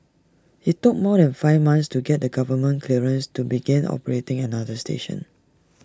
IT took more than five months to get A government clearances to begin operating another station